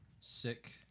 Sick